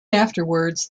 afterwards